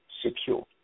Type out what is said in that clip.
secure